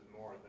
more